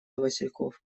васильков